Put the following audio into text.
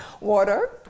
Water